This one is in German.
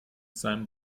seinem